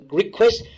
request